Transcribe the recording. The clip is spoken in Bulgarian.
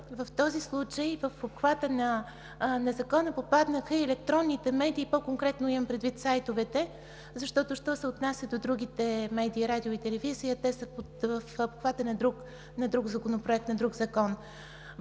в този случай в обхвата на Закона попаднаха и електронните медии, по-конкретно имам предвид сайтовете, защото що се отнася до другите медии – радио и телевизия, те са в обхвата на друг закон. Въпросът ми към Вас